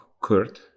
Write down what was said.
Kurt